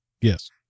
yes